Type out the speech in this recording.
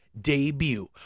debut